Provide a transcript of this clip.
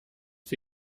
für